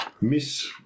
Miss